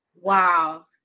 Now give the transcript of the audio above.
Wow